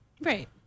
Right